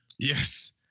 Yes